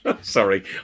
Sorry